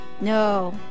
No